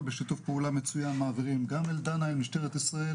בשיתוף פעולה מצוין מעבירים גם אל דנה אל משטרת ישראל